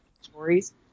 stories